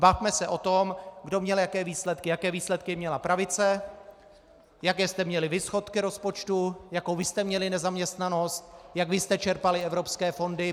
Bavme se o tom, kdo měl jaké výsledky, jaké výsledky měla pravice, jaké jste měli vy schodky rozpočtů, jakou vy jste měli nezaměstnanost, jak vy jste čerpali evropské fondy.